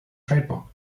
trademark